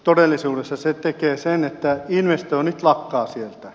todellisuudessa se tekee sen että investoinnit lakkaavat sieltä